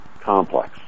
complex